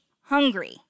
hungry